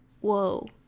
Whoa